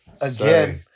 again